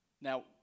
Now